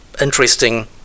interesting